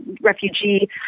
refugee